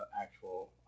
actual